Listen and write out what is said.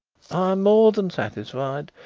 i am more than satisfied.